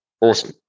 awesome